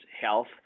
Health